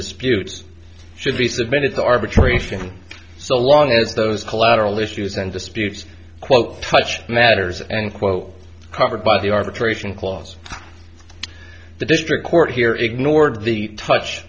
disputes should be submitted to arbitration so long as those collateral issues and disputes quote touched matters and quote covered by the arbitration clause the district court here ignored the touch